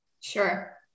Sure